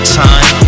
time